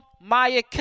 Maya